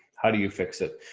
how do you fix it?